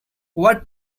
what